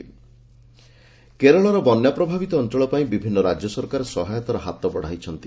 Kerala assistance କେରଳର ବନ୍ୟା ପ୍ରଭାବିତ ଅଞ୍ଚଳ ପାଇଁ ବିଭିନ୍ନ ରାଜ୍ୟ ସରକାର ସହାୟତାର ହାତ ବଢ଼ାଇଛନ୍ତି